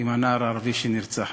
בנער הערבי שנרצח היום.